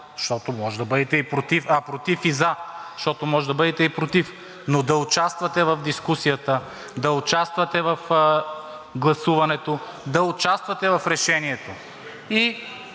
залата и да видите двата бутона – „против“ и „за“, защото можете да бъдете и „против“, но да участвате в дискусията, да участвате в гласуването, да участвате в решението. И